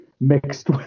mixed